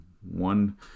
one